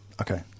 Okay